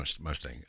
Mustang